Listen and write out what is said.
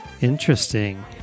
Interesting